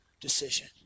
decision